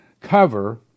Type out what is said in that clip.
Cover